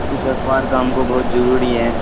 اس اخبار کا ہم کو بہت ضروری ہے